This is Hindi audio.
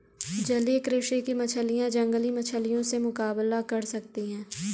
जलीय कृषि की मछलियां जंगली मछलियों से मुकाबला कर सकती हैं